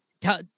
tell